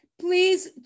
Please